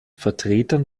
vertretern